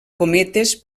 cometes